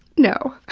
no.